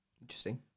Interesting